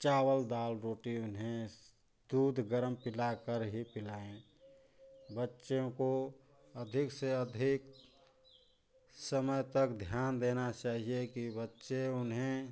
चावल दाल रोटी उन्हें दूध गरम पिला कर ही पिलाएँ बच्चों को अधिक से अधिक समय तक ध्यान देना चाहिए की बच्चे उन्हें